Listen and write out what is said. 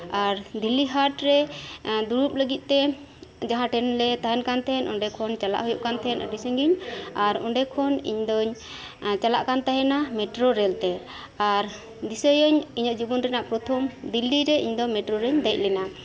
ᱟᱨ ᱫᱤᱞᱞᱤ ᱦᱟᱴᱨᱮ ᱫᱩᱲᱩᱵᱽ ᱞᱟᱹᱜᱤᱫᱛᱮ ᱡᱟᱦᱟᱸ ᱴᱷᱮᱱ ᱞᱮ ᱛᱟᱦᱮᱱ ᱠᱟᱱ ᱛᱟᱦᱮᱸᱜ ᱚᱸᱰᱮ ᱠᱷᱚᱱ ᱪᱟᱞᱟᱜ ᱦᱩᱭᱩᱜ ᱠᱟᱱ ᱛᱟᱦᱮᱸᱜ ᱟᱹᱰᱤ ᱥᱟᱹᱜᱤᱧ ᱟᱨ ᱚᱸᱰᱮ ᱠᱷᱚᱱ ᱤᱧ ᱫᱩᱧ ᱪᱟᱞᱟᱜ ᱠᱟᱱ ᱛᱟᱦᱮᱱᱟ ᱢᱮᱴᱨᱳ ᱨᱮᱞ ᱛᱮ ᱟᱨ ᱫᱤᱥᱟᱹᱭᱟᱹᱧ ᱤᱧᱟᱹᱜ ᱡᱤᱵᱚᱱ ᱨᱮᱭᱟᱜ ᱯᱨᱚᱛᱷᱚᱢ ᱫᱤᱱ ᱫᱤᱞᱞᱤ ᱨᱮ ᱤᱧ ᱫᱚ ᱢᱮᱴᱨᱳ ᱨᱤᱧ ᱫᱮᱡ ᱞᱮᱱᱟ